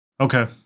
Okay